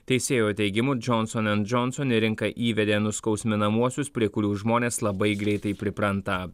teisėjo teigimu johnson and johnson į rinką įvedė nuskausminamuosius prie kurių žmonės labai greitai pripranta